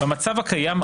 במצב הקיים,